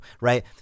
right